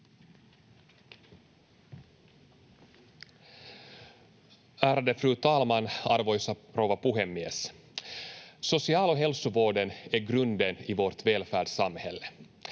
Ärade fru talman, arvoisa rouva puhemies! Social- och hälsovården är grunden i vårt välfärdssamhälle.